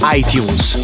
itunes